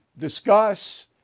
discuss